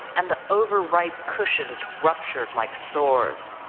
and the overripe cushions ruptured like sores,